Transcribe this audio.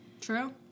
true